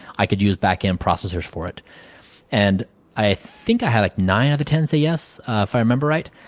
i could use back end processers for it and i think i had nine of the ten say yes if i remember right.